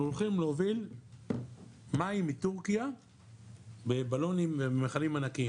הולכים להוביל מים מתורכיה במכלים ענקיים.